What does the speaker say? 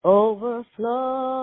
overflow